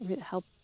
help